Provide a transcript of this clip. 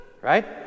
Right